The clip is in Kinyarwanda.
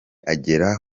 agera